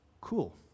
Cool